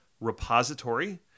repository